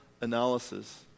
analysis